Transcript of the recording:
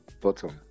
bottom